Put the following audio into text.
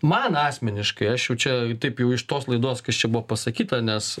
man asmeniškai aš jau čia taip jau iš tos laidos kas čia buvo pasakyta nes